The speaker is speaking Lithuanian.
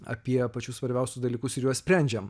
apie pačius svarbiausius dalykus ir juos sprendžiam